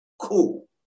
Cool